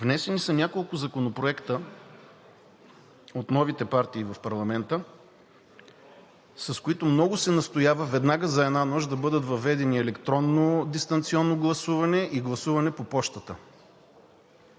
Внесени са няколко законопроекта от новите партии в парламента, с които много се настоява веднага за една нощ да бъдат въведени електронно дистанционно гласуване и гласуване по пощата.